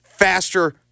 faster